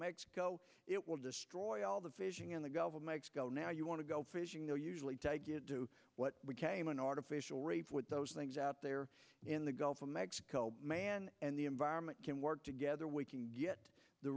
mexico it will destroy all the fishing in the gulf of mexico now you want to go fishing though usually to do what we came an artificial reef with those things out there in the gulf of mexico and the environment can work together we can get the